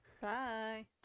Bye